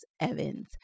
Evans